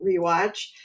rewatch